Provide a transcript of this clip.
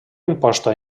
imposta